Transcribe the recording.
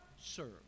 Serve